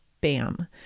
bam